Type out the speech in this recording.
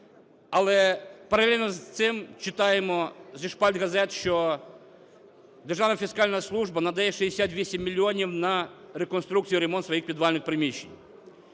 Але паралельно з цим читаємо зі шпальт газет, що Державна фіскальна служба надає 68 мільйонів на реконструкцію і ремонт своїх підвальних приміщень.